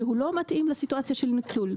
שהוא לא מתאים לסיטואציה של ניצול.